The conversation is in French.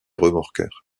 remorqueurs